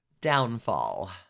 downfall